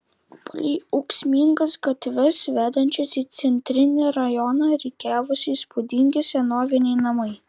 palei ūksmingas gatves vedančias į centrinį rajoną rikiavosi įspūdingi senoviniai namai